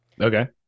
Okay